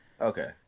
Okay